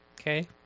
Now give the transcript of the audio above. Okay